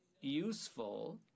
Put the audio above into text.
useful